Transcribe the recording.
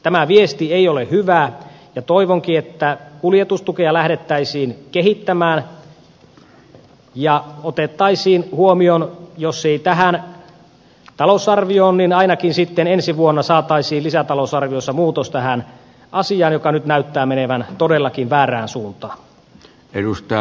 tämä viesti ei ole hyvä ja toivonkin että kuljetustukea lähdettäisiin kehittämään ja se otettaisiin huomioon jos ei tässä talousarviossa niin ainakin sitten ensi vuonna saataisiin lisätalousarviossa muutos tähän asiaan joka nyt näyttää menevän todellakin väärään suuntaan